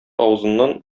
авызыннан